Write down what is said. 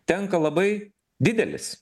tenka labai didelis